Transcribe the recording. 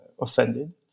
offended